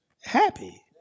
happy